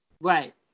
Right